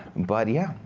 but yeah.